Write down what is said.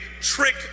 trick